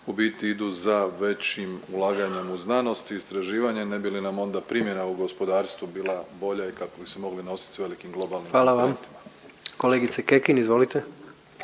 u biti idu za većim ulaganjem u znanost i istraživanje ne bi li nam onda primjena u gospodarstvu bila bolja i kako bi se mogli nositi s velikim globalnim …/Upadica predsjednik: Hvala